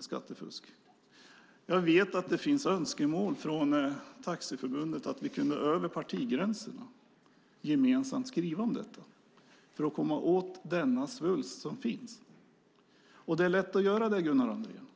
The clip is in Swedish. skattefusk. Jag vet att det finns önskemål från Taxiförbundet om att vi över partigränserna gemensamt ska skriva om detta för att komma åt denna svulst. Och det är lätt att göra det, Gunnar Andrén.